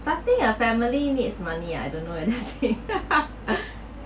fasting your family needs money ah I don't know anything